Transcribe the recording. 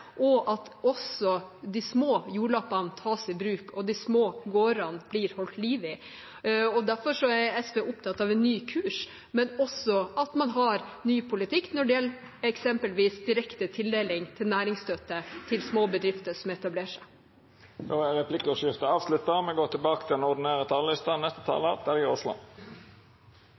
og også sikrer at de små jordlappene tas i bruk og de små gårdene blir holdt i live. Derfor er SV opptatt av en ny kurs, men også av at man har ny politikk når det gjelder eksempelvis direkte tildeling av næringsstøtte til små bedrifter som etablerer seg. Replikkordskiftet er omme. Arbeiderparti–Senterparti-regjeringen har lagt fram en meget omfattende og